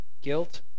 guilt